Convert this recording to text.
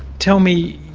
tell me,